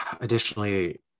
Additionally